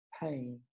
pain